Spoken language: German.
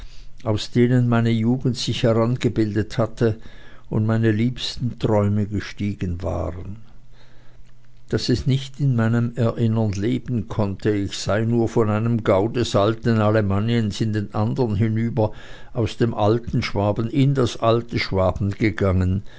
aus denen meine jugend sich herangebildet hatte und meine liebsten träume gestiegen waren daß es nicht in meinem erinnern leben konnte ich sei nur von einem gau des alten alemanniens in den andern hinüber aus dem alten schwaben in das alte schwaben gegangen